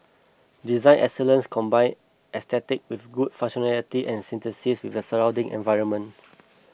design excellence combine aesthetics with good functionality and synthesis with the surrounding environment